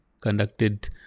conducted